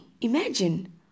imagine